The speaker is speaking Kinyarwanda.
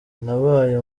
nabaye